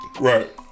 Right